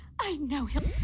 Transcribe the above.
i know him